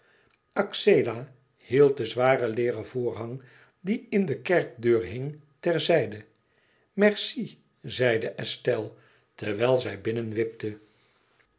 axela hield den zwaren leêren voorhang die in de kerkdeur hing terzijde merci zeide estelle terwijl zij